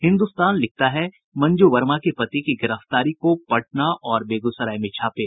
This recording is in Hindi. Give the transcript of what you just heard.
हिन्दुस्तान लिखता है मंजू वर्मा के पति की गिरफ्तारी को पटना और बेगूसराय में छापे